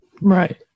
right